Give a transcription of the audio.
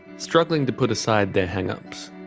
struggling to put aside their hang-ups,